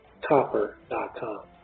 copper.com